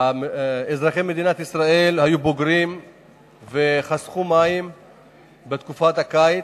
אזרחי מדינת ישראל היו בוגרים וחסכו מים בתקופת הקיץ,